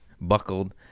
buckled